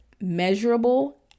measurable